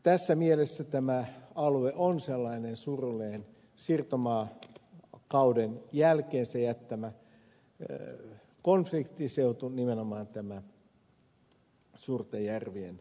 tässä mielessä tämä alue on sellainen surullinen siirtomaakauden jälkeensä jättämä konfliktiseutu nimenomaan tämä suurten järvien alue